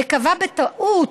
וקבע בטעות,